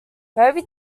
moby